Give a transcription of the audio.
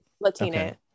Latina